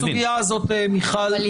יש